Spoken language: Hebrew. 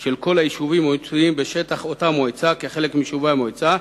של כל היישובים בשטח אותה מועצה כחלק מיישובי המועצה.